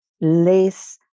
lace